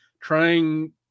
trying